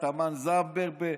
תמר זנדברג,